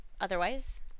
otherwise